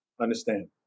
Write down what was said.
understand